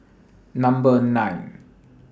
Number nine